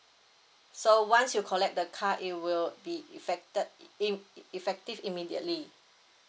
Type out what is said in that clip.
so once you collect the car it will be effected e~ im~ e~ effective immediately